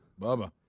Bubba